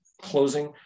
closing